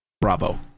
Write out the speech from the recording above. Bravo